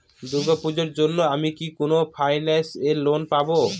দূর্গা পূজোর জন্য আমি কি কোন ফাইন্যান্স এ লোন পাবো?